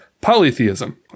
polytheism